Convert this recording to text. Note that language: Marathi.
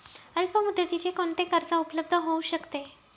अल्पमुदतीचे कोणते कर्ज उपलब्ध होऊ शकते?